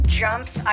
jumps